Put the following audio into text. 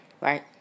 Right